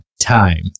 time